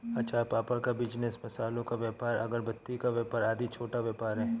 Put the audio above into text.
अचार पापड़ का बिजनेस, मसालों का व्यापार, अगरबत्ती का व्यापार आदि छोटा व्यापार है